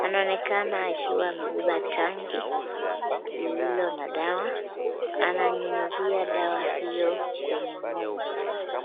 anaonekana akiwa amebeba tangi lililo na dawa. Ananyunyuzia dawa hiyo kwenye ng'ombe.